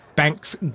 Bank's